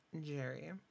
Jerry